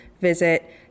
visit